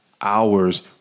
hours